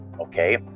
Okay